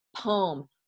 poem